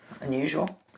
unusual